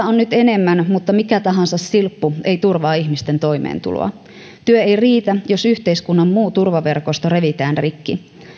on nyt enemmän mutta mikä tahansa silppu ei turvaa ihmisten toimeentuloa työ ei riitä jos yhteiskunnan muu turvaverkosto revitään rikki